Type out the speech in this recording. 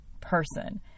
person